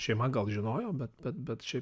šeima gal žinojo bet bet bet šiaip